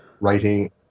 Writing